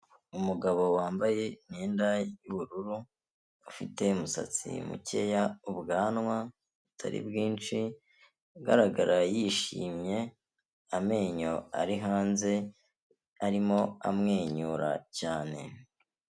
Umugabo wambaye imyenda yubururu afite umusatsi mukeya ubwanwa butari bwinshi, agaragara yishimye amenyo ari hanze arimo amwenyura cyane.